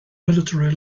military